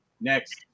Next